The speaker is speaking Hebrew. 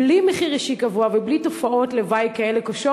בלי מחיר אישי גבוה ובלי תופעות לוואי כאלה קשות,